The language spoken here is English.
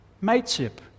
mateship